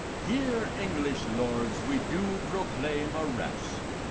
here, english lords, we do proclaim a rest,